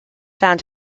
found